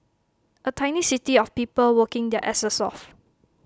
A tiny city of people working their asses off